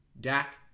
Dak